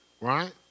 Right